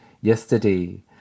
yesterday